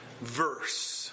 verse